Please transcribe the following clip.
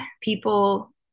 people